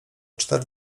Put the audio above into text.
cztery